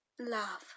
love